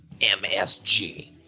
MSG